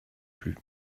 plus